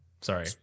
Sorry